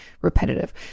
repetitive